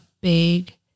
big